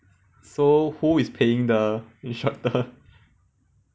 so who is paying the instructor